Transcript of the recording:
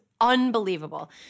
unbelievable